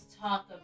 talk